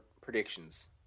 predictions